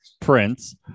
prince